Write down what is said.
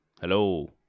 Hello